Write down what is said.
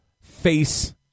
face